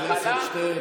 חבר הכנסת שטרן,